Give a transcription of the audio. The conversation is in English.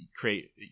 create